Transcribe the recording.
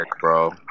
bro